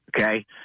Okay